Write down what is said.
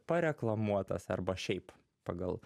pareklamuotas arba šiaip pagal